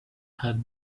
had